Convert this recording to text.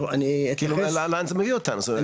לאן זה מביא אותנו?